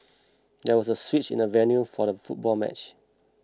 there was a switch in the venue for the football match